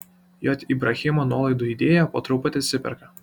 j ibrahimo nuolaidų idėja po truputį atsiperka